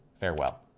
farewell